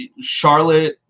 Charlotte